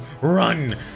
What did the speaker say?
run